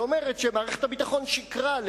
שאומרת שמערכת הביטחון שיקרה למשרד,